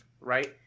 right